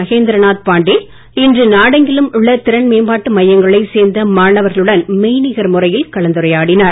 மகேந்திரநாத் பாண்டே இன்று நாடெங்கிலும் உள்ள திறன் மேம்பாட்டு மையங்களைச் சேர்ந்த மாணவர்களுடன் மெய்நிகர் முறையில் கலந்துரையாடினார்